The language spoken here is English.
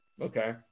Okay